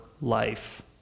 life